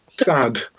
sad